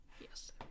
Yes